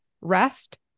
rest